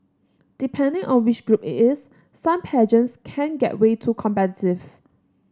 depending on which group it is some pageants can get way too competitive